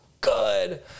good